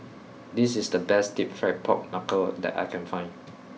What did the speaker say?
this is the best Deep Fried Pork Knuckle that I can find